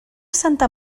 santa